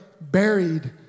buried